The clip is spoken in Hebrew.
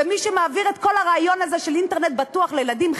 ומי שמעביר את כל הרעיון הזה של אינטרנט בטוח לילדים,